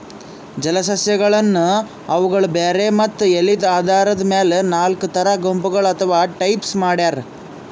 ಜಲಸಸ್ಯಗಳನ್ನ್ ಅವುಗಳ್ ಬೇರ್ ಮತ್ತ್ ಎಲಿದ್ ಆಧಾರದ್ ಮೆಲ್ ನಾಲ್ಕ್ ಥರಾ ಗುಂಪಗೋಳ್ ಅಥವಾ ಟೈಪ್ಸ್ ಮಾಡ್ಯಾರ